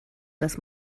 das